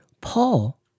Paul